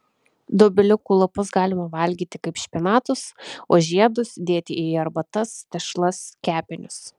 dobiliukų lapus galima valgyti kaip špinatus o žiedus dėti į arbatas tešlas kepinius